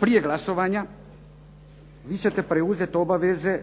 prije glasovanja vi ćete preuzeti obaveze